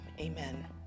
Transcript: Amen